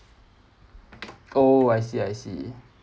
oh I see I see